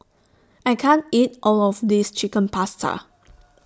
I can't eat All of This Chicken Pasta